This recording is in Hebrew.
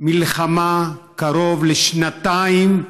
מלחמה קרוב לשנתיים,